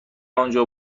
انجا